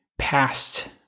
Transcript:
Past